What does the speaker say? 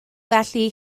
felly